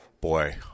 boy